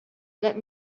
let